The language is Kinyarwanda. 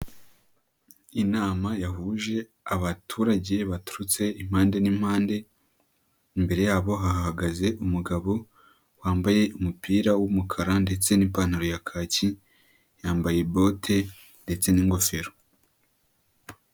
Inama yahuje abaturage baturutse impande n'impande imbere yabo hagaze umugabo wambaye umupira w'umukara ndetse n'ipantaro ya kaki, yambaye bote ndetse n'ingofero.